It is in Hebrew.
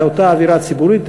באותה אווירה ציבורית,